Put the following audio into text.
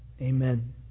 Amen